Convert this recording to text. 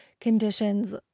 conditions